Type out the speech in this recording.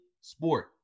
sport